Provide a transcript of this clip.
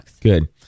Good